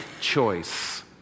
choice